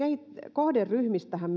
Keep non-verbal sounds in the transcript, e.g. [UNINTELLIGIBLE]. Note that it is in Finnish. kohderyhmistähän [UNINTELLIGIBLE]